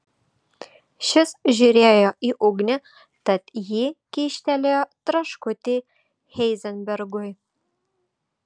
šis žiūrėjo į ugnį tad ji kyštelėjo traškutį heizenbergui